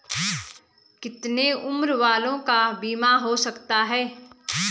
कितने उम्र वालों का बीमा हो सकता है?